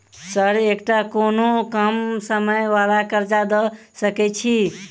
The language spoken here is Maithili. सर एकटा कोनो कम समय वला कर्जा दऽ सकै छी?